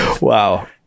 Wow